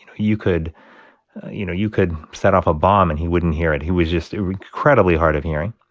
you know, you could you know, you could set off a bomb, and he wouldn't hear it. he was just incredibly hard of hearing,